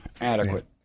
adequate